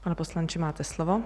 Pane poslanče, máte slovo.